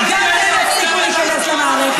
גם הם יפסיקו להיכנס למערכת.